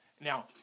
Now